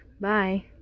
bye